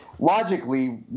Logically